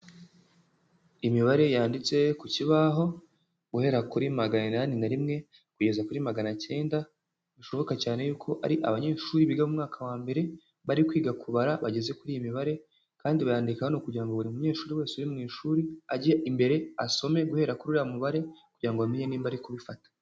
Imibare yanditse ku kibaho guhera kuri magana inani na rimwe kugeza kuri magana cyenda, bishoboka cyane yuko ari abanyeshuri biga mu mwaka wa mbere bari kwiga kubara bageze kuri iyi mibare kandi bayandika hano kugira ngo buri munyeshuri wese uri mu ishuri ajye imbere asome guhera kuri uriya mubare kugira ngo bamenye niba ari kubifata.